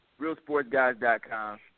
realsportsguys.com